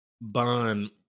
Bond